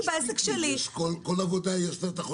בעסק שלי --- כל עבודה יש לה את החוקים שלה.